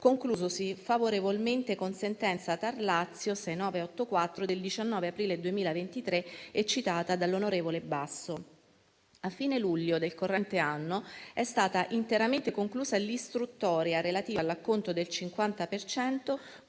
conclusosi favorevolmente con sentenza TAR-Lazio n. 6984 del 19 aprile 2023, citata dall'onorevole Basso. A fine luglio del corrente anno è stata interamente conclusa l'istruttoria relativa all'acconto del 50